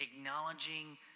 acknowledging